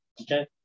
Okay